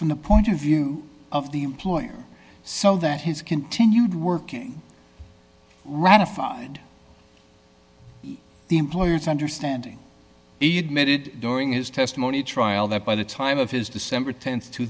from the point of view of the employer so that his continued working ratified the employer's understanding be admitted during his testimony trial that by the time of his december t